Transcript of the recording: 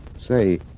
Say